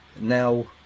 now